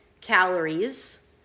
calories